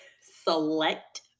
select